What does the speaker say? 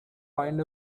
find